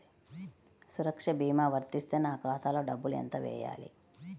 సురక్ష భీమా వర్తిస్తే నా ఖాతాలో డబ్బులు ఎంత వేయాలి?